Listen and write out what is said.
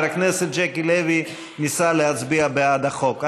הכנסת ז'קי לוי ניסה להצביע בעד החוק.